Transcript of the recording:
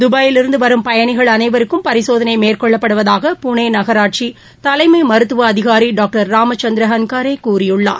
தபாயிலிருந்து வரும் பயனிகள் அனைவருக்கும் பரிசோதனை மேற்கொள்ளப்படுவதாக புனே நகராட்சி தலைமை மருத்துவ அதிகாரி டாக்டர் ராமச்சந்திர ஹன்காரே கூறியுள்ளார்